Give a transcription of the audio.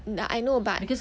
er~ I know but